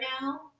now